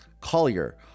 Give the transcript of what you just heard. Collier